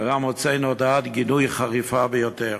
וגם הוצאנו הודעת גינוי חריפה ביותר.